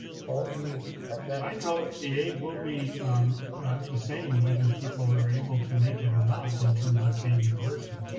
paul, do you have that? to my knowledge, the aid will be the same, whether people are able to make it or not in terms of being in person.